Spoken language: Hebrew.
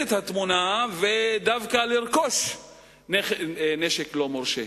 את התמונה ודווקא לרכוש נשק לא מורשה.